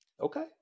Okay